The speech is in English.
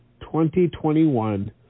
2021